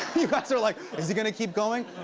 you guys are like, is he gonna keep going?